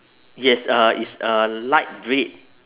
yes uh it's a light red